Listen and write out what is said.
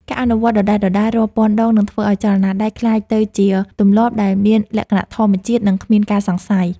ការអនុវត្តដដែលៗរាប់ពាន់ដងនឹងធ្វើឱ្យចលនាដៃក្លាយទៅជាទម្លាប់ដែលមានលក្ខណៈធម្មជាតិ និង គ្មានការសង្ស័យ។